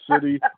city